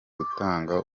gutanga